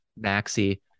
maxi